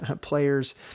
players